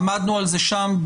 עמדנו על זה שם,